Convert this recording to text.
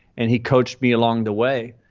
and he coached me along the way.